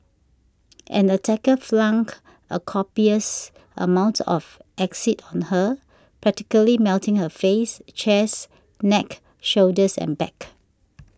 an attacker flung a copious amount of acid on her practically melting her face chest neck shoulders and back